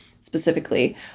specifically